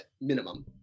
minimum